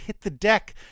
hitthedeck